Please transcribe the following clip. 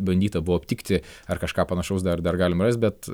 bandyta buvo aptikti ar kažką panašaus dar dar galima rast bet